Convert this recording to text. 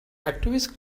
activists